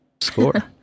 Score